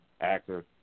actor